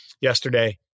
yesterday